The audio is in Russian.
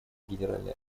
генеральной